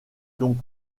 donc